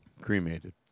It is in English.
cremated